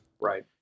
Right